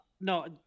No